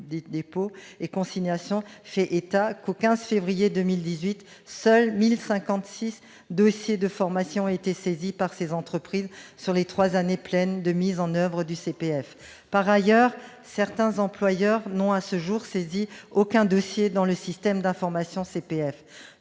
dépôts et consignations fait état que, au 15 février dernier, seuls 1 056 dossiers de formation ont été saisis par ces entreprises sur les trois années pleines de mise en oeuvre du CPF. Par ailleurs, certains employeurs n'ont, à ce jour, saisi aucun dossier dans le système d'information du CPF.